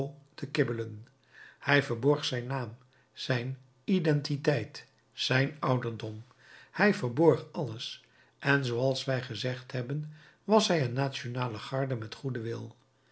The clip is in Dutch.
te kibbelen hij verborg zijn naam zijn identiteit zijn ouderdom hij verborg alles en zooals wij gezegd hebben was hij een nationale garde met goeden wil